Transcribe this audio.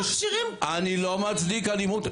אני לא מצדיק אלימות.